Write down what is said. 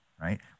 right